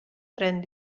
tren